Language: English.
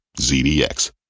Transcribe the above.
ZDX